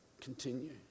continue